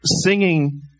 singing